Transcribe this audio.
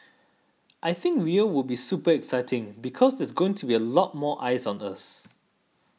I think Rio will be super exciting because there's going to be a lot more eyes on us